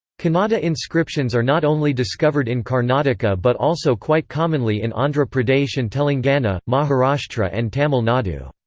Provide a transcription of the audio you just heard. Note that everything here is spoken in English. kannada inscriptions are not only discovered in karnataka but also quite commonly in andhra pradesh and telangana, maharashtra and tamil nadu.